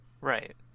right